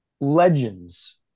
legends